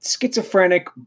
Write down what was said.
schizophrenic